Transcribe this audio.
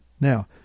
Now